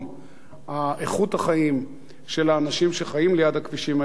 איכות החיים של האנשים שחיים ליד הכבישים האלה,